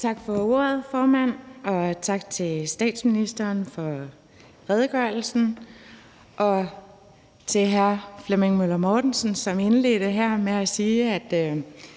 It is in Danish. Tak for ordet, formand. Og tak til statsministeren for redegørelsen og til hr. Flemming Møller Mortensen, som indledte her med at sige,